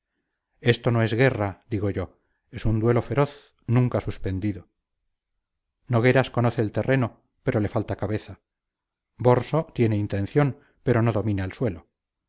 esto no es guerra digo yo es un duelo feroz nunca suspendido nogueras conoce el terreno pero le falta cabeza borso tiene intención pero no domina el suelo